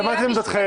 שמעתי אתכם.